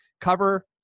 cover